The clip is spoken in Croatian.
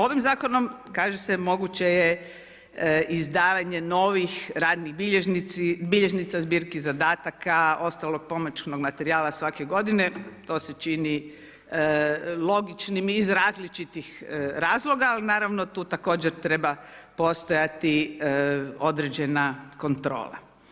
Ovim zakonom, kaže se moguće je izdavanje novih radnih bilježnica, zbirke zadataka, ostalih pomoćnog materijala svake g. to se čini logičnim iz različitih razloga, ali naravno tu također treba postojati određena kontrola.